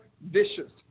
vicious